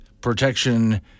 protection